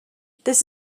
this